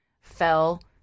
fell